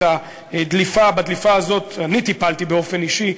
בדליפה הזאת אני טיפלתי באופן אישי,